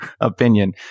opinion